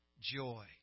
joy